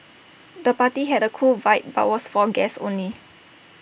the party had A cool vibe but was for guests only